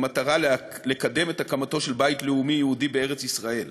במטרה לקדם את הקמתו של בית לאומי יהודי בארץ-ישראל.